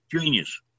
genius